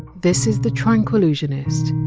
this is the tranquillusionist,